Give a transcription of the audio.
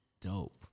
Dope